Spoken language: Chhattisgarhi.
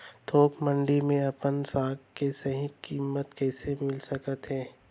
थोक मंडी में अपन साग के सही किम्मत कइसे मिलिस सकत हे?